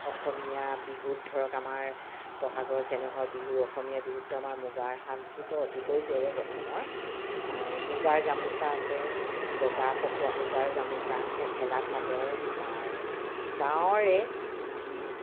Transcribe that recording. অসমীয়া বিহুত ধৰক আমাৰ বহাগৰ চেনেহৰ বিহু অসমীয়া বিহুততো আমাৰ মুগাৰ সাজযোৰতো অতিকৈ গৌৰৱ অসমৰ আৰু মুগাৰ গামোচা আছে বগা পকুৱা সূতাৰ গামোচা মেখেলা চাদৰ আমাৰ গাঁৱৰে